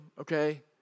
okay